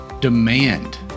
Demand